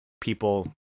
people